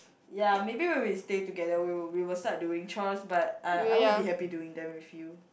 ya maybe when we stay together we would we would start doing chores but (uh)I would be happy doing them with you